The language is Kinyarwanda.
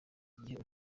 igihe